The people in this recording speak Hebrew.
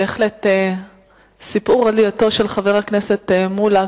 בהחלט סיפור עלייתו של חבר הכנסת מולה,